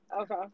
Okay